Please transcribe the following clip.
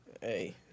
Hey